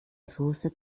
soße